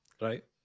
right